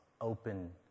open